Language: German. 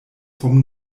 vom